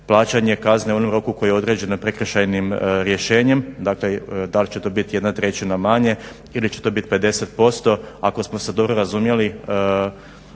plaćanje kazne u onom roku koji je određen prekršajnim rješenjem da li će to biti 1/3 manje ili će to biti 50%. Ako smo se dobro razumjeli